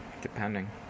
Depending